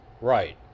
Right